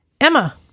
emma